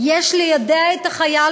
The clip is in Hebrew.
על כך, יש ליידע את החייל